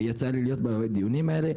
יצא לי להיות בדיונים האלה,